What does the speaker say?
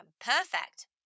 perfect